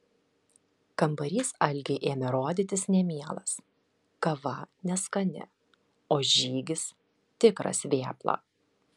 kambarys algei ėmė rodytis nemielas kava neskani o žygis tikras vėpla